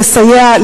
לסייע,